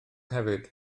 hefyd